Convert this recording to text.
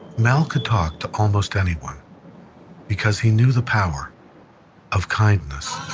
mal could talk to almost anyone because he knew the power of kindness